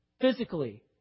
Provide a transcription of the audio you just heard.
physically